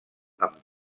amb